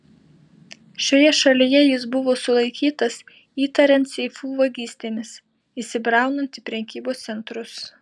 šioje šalyje jis buvo sulaikytas įtariant seifų vagystėmis įsibraunant į prekybos centrus